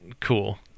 cool